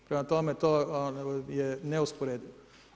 Prema tome to je neusporedivo.